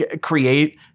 create